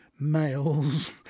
males